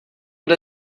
jde